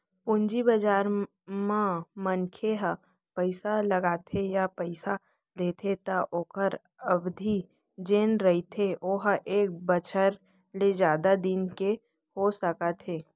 पूंजी बजार म मनखे ह पइसा लगाथे या पइसा लेथे त ओखर अबधि जेन रहिथे ओहा एक बछर ले जादा दिन के हो सकत हे